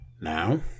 now